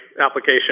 application